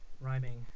rhyming